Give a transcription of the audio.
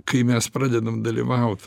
kai mes pradedam dalyvaut